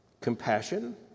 compassion